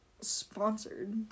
sponsored